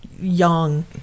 young